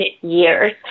years